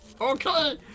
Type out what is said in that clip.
okay